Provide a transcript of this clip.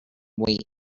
wait